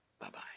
Bye-bye